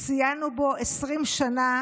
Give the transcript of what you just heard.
ציינו בו 20 שנה